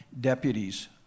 deputies